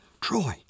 Troy